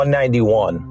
191